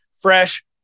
fresh